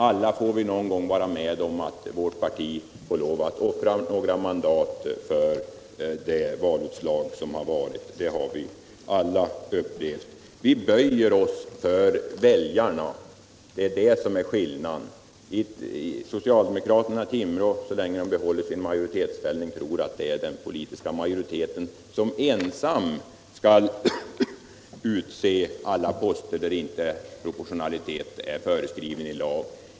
Alla får vi någon gång vara med om att vårt parti får lov att offra några mandat på grund av valutslaget. Det har vi alla upplevt. Vi böjer oss för väljarna. Det är det som är skillnaden. Socialdemokraterna i Timrå — så länge de behåller sin majoritetsställning — tror att det är den politiska majoriteten som skall tillsätta alla poster där inte proportionalitet är föreskriven i lag.